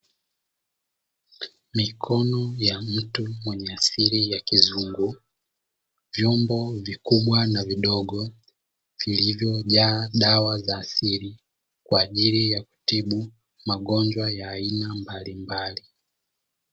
Mikono ya mtu mwenye asili ya kizungu, vyombo vikubwa na vidogo, vilivyojaa dawa za asili, kwa ajili ya kutibu, magonjwa ya aina mbalimbali.